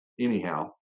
anyhow